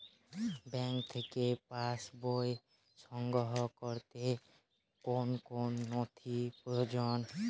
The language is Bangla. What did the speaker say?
ব্যাঙ্ক থেকে পাস বই সংগ্রহ করতে কোন কোন নথি প্রয়োজন?